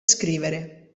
scrivere